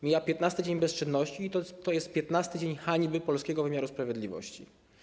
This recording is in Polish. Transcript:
Mija 15. dzień bezczynności i to jest 15. dzień hańby polskiego wymiaru sprawiedliwości.